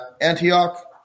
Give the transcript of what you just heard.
Antioch